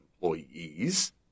employees